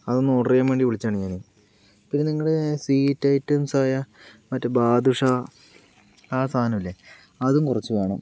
അത് ഒന്ന് ഓർഡർ ചെയ്യാൻ വേണ്ടി വിളിച്ചതാണ് ഞാന് പിന്നെ നിങ്ങള് സ്വീറ്റ് ഐറ്റംസായ മറ്റേ ബാദുഷ ആ സാധനമില്ലേ അതും കുറച്ച് വേണം